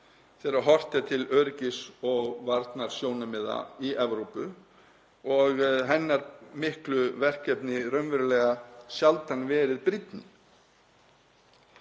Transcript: þegar horft er til öryggis- og varnarsjónarmiða í Evrópu og hennar miklu verkefni hafa raunverulega sjaldan verið brýnni.